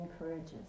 encourages